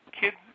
kids